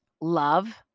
love